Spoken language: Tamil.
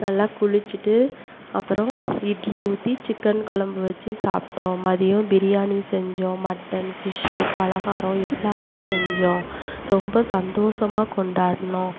நல்லா குளிச்சிவிட்டு அப்புறோம் இட்லி ஊற்றி சிக்கன் குழம்பு வச்சி சாப்பிடோம் மதியம் பிரியாணி செஞ்சோம் மட்டன் ஃபிஷ்ஷு பலகாரம் எல்லாமே செஞ்சோம் ரொம்ப சந்தோசமாக கொண்டாடினோம்